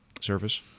service